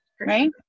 Right